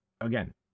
again